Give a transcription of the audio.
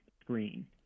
screen